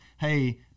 hey